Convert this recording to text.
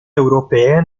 europee